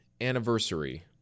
anniversary